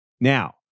now